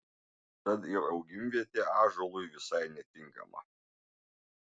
tad ir augimvietė ąžuolui visai netinkama